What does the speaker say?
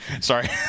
Sorry